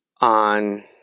on